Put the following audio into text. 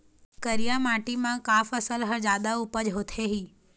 करिया माटी म का फसल हर जादा उपज होथे ही?